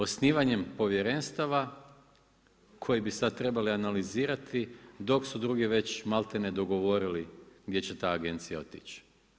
Osnivanjem povjerenstava koje bi sad trebali analizirati dok su drugi već malti ne, dogovorili gdje će ta agencija otići.